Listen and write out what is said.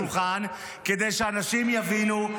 אני שם את הדברים על השולחן כדי שאנשים יבינו,